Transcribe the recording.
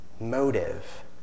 motive